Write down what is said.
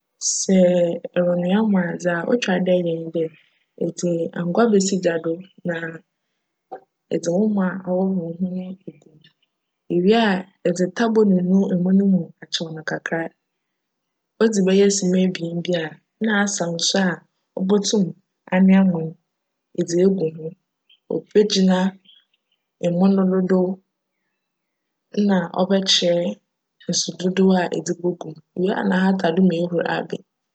Sj eronoa mo a, dza otwar dj eyj nye dj, edze angoa besi gya do na edze wo mo a ahohor ho no egu mu. Ewia a, edze ta bonunu emo no mu akyew no kakra. Odzi bjyj sema ebien bi a, nna asaw nsu a obotum anoa mo no dze egu ho. Obegyina emo no dodow na cbjkyerj nsu dodow a edze bogu mu. Ewia, nna ahata do ma ehur aben.